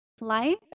life